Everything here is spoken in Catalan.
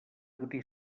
duri